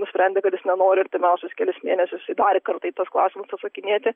nusprendė kad jis nenori artimiausius kelis mėnesius į dar kartą į tuos klausimus atsakinėti